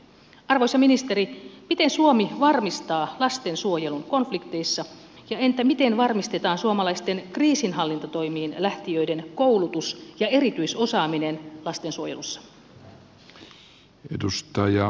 arvoisa ministeri miten suomi varmistaa lastensuojelun konflikteissa ja miten varmistetaan suomalaisten kriisinhallintatoimiin lähtijöiden koulutus ja erityisosaaminen lastensuojelussa